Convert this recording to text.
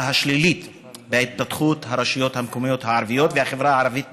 השלילית להתפתחות הרשויות המקומיות הערביות והחברה הערבית בכלל.